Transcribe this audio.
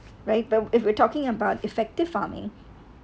right if we're talking about effective farming